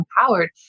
empowered